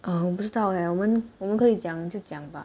uh 我不知道 eh 我们我们可以讲就讲吧